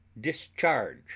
Discharge